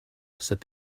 said